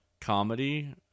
comedy